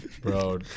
Bro